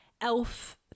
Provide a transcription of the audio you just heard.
elf